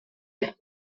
est